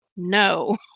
No